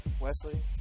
Wesley